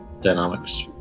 dynamics